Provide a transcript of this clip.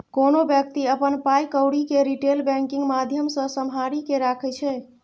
कोनो बेकती अपन पाइ कौरी केँ रिटेल बैंकिंग माध्यमसँ सम्हारि केँ राखै छै